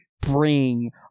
bring